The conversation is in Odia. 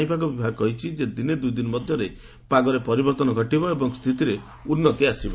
ପାଣିପାଗ ବିଭାଗ କହିଛି ଯେ ଦିନେ ଦୁଇଦିନ ମଧ୍ୟରେ ପାଗରେ ପରିବର୍ତ୍ତନ ଘଟିବ ଏବଂ ସ୍ଥିତିରେ ଉନ୍ନତି ଆସିବ